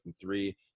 three